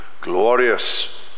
glorious